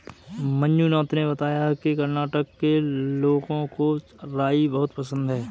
मंजुनाथ ने बताया कि कर्नाटक के लोगों को राई बहुत पसंद है